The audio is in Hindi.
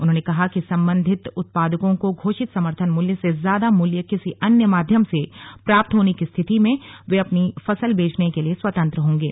उन्होंने कहा कि संबंधित उत्पादकों को घोषित समर्थन मूल्य से ज्यादा मूल्य किसी अन्य माध्यम से प्राप्त होने की स्थिति में वे अपनी फसल बेचने के लिए स्वतंत्र होंगे